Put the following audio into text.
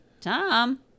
Tom